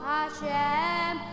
Hashem